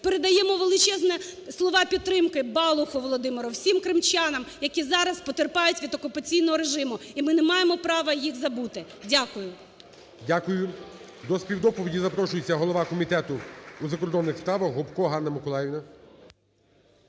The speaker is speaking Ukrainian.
Передаємо величезне… слова підтримки Балуху Володимиру, всім кримчанам, які зараз потерпають від окупаційного режиму, і ми не маємо права їх забути. Дякую. ГОЛОВУЮЧИЙ. Дякую. До співдоповіді запрошується голова Комітету у закордонних справах Гопко Ганна Миколаївна.